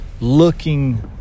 looking